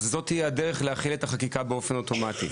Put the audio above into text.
זאת תהיה הדרך להחיל את החקיקה באופן אוטומטי.